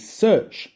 search